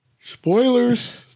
Spoilers